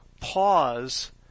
pause